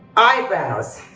eyebrows.